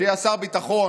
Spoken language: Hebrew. שיהיה שר ביטחון